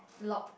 locked